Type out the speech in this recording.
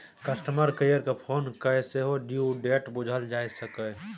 customer care केँ phone कए सेहो ड्यु डेट बुझल जा सकैए